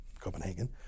Copenhagen